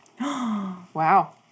Wow